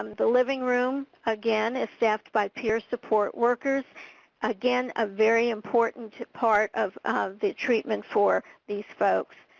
um the living room again is staffed by peer support workers again a very important part of of the treatment for these folks.